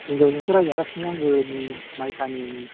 हिनजावजोंसो रायजागासिनो आंबो बे माइ फानिनि